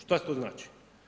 Šta to znači?